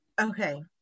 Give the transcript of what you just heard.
Okay